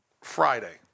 Friday